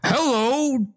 hello